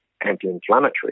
anti-inflammatory